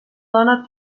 dona